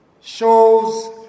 shows